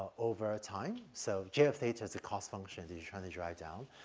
over ah time. so j of theta is a cost function that you're trying to drag down.